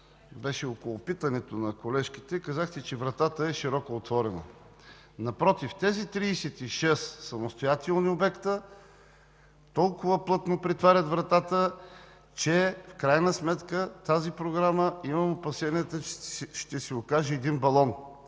беше около питането на колежката, казахте, че вратата е широко отворена. Напротив, тези 36 самостоятелни обекта толкова плътно притварят вратата, че в крайна сметка имам опасенията, че тази Програма ще се окаже един балон.